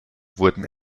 wurden